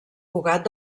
cugat